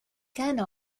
كان